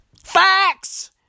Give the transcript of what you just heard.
Facts